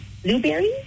Blueberries